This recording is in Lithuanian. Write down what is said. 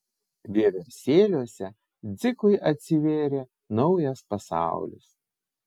vieversėliuose dzikui atsivėrė naujas pasaulis